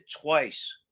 twice